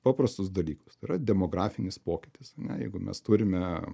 paprastus dalykus tai yra demografinis pokytis ane jeigu mes turime